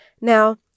Now